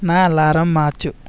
నా అలారం మార్చు